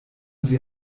sie